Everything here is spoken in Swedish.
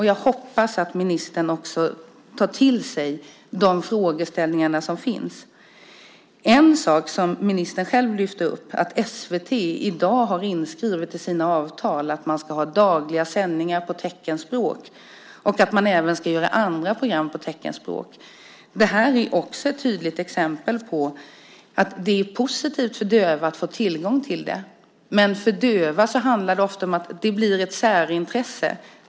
Jag hoppas att ministern tar till sig de frågeställningar som finns. En sak som ministern själv lyfte upp är att SVT i dag har inskrivet i sina avtal att man ska ha dagliga nyhetssändningar på teckenspråk och att man även ska göra andra program på teckenspråk. Det här är också ett tydligt exempel på att det är positivt för döva att få tillgång till detta. Men för döva handlar det ofta om att det blir ett särintresse.